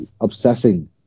obsessing